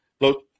look